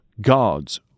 God's